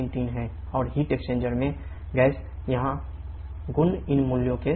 और heat exchanger में gas यहां गुण इन मूल्यों के समान हैं